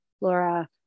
laura